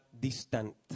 distant